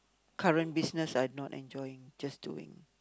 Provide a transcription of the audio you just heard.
current business I not enjoying just doing